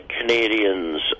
Canadians